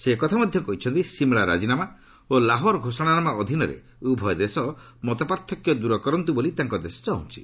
ସେ ଏକଥା ମଧ୍ୟ କହିଛନ୍ତି ସିମଲା ରାଜିମାନା ଓ ଲାହୋର ଘୋଷଣାନାମା ଅଧୀନରେ ଉଭୟ ଦେଶ ମତପାର୍ଥକ୍ୟ ଦୂର କରନ୍ତୁ ବୋଲି ତାଙ୍କ ଦେଶ ଚାହୁଁଛି